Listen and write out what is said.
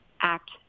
act